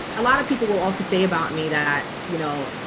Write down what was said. a lot of people will also say about me that you know,